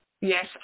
Yes